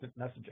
messaging